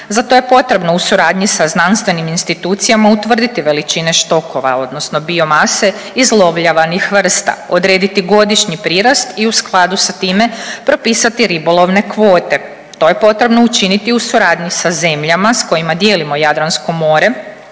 Za to je potrebno u suradnji sa znanstvenim institucijama utvrditi veličine štokova, odnosno bio mase izlovljavanih vrsta, odrediti godišnji prirast i u skladu sa time propisati ribolovne kvote. To je potrebno učiniti u suradnji sa zemljama sa kojima dijelimo Jadransko more,